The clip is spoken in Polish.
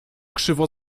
krzywo